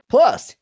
Plus